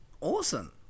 Awesome